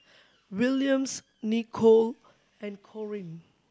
Williams Nicolle and Corine